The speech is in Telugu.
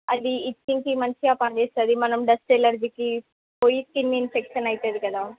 అది ఇచ్చింగ్కి మంచిగా పని చేస్తుంది మనం డస్ట్ ఎలర్జీకి పోయి స్కిన్ ఇన్ఫెక్షన్ అవుతుంది కదా